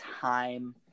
time